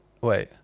wait